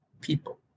people